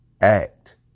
act